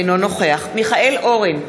אינו נוכח מיכאל אורן,